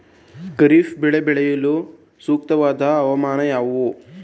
ಖಾರಿಫ್ ಬೆಳೆ ಬೆಳೆಯಲು ಸೂಕ್ತವಾದ ಹವಾಮಾನ ಯಾವುದು?